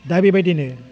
दा बेबादिनो